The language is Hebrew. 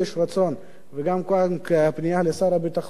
ופה זו גם פנייה לשר הביטחון,